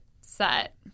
set